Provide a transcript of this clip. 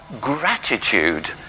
gratitude